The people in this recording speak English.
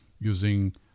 using